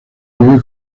vive